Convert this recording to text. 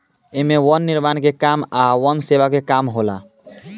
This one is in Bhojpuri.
एमे वन निर्माण के काम आ वन सेवा के काम होला